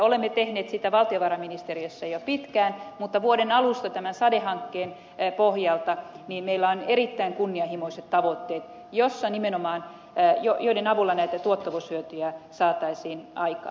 olemme tehneet sitä valtiovarainministeriössä jo pitkään mutta vuoden alusta tämän sade hankkeen pohjalta meillä on erittäin kunnianhimoiset tavoitteet joiden avulla näitä tuottavuushyötyjä saataisiin aikaan